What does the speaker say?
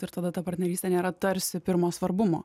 ir tada ta partnerystė nėra tarsi pirmo svarbumo